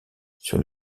sur